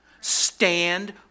Stand